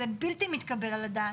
זה בלתי מתקבל על הדעת,